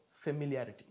Familiarity